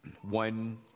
one